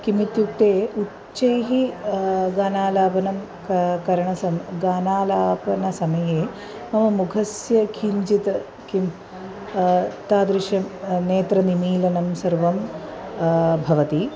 किमित्युक्ते उच्चैः गानालापनं किं करणसमये गानालापनसमये मम मुखस्य किञ्चित् किं तादृशं नेत्रनिमीलनं सर्वं भवति